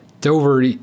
Dover